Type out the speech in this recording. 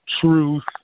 truth